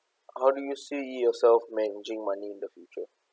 how do you see yourself managing money in the future